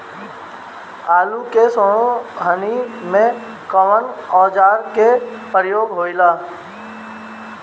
आलू के सोहनी में कवना औजार के प्रयोग होई?